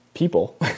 People